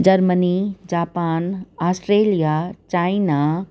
Germany Japan Australia China